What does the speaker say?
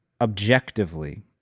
objectively